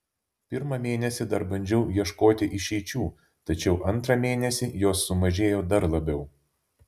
pirmą mėnesį dar bandžiau ieškoti išeičių tačiau antrą mėnesį jos sumažėjo dar labiau